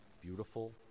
beautiful